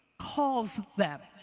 calls them?